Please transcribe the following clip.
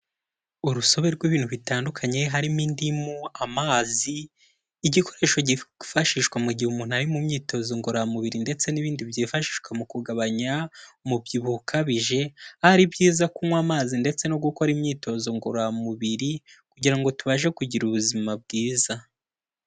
Urusobe rw'ibintu bitandukanye, harimo indimu, amazi, igikoresho kifashishwa mu gihe umuntu ari mu myitozo ngororamubiri, ndetse n'ibindi byifashishwa mu kugabanya umubyibuho ukabije, aho ari byiza kunywa amazi ndetse no gukora imyitozo ngororamubiri, kugira ngo tubashe kugira ubuzima bwiza.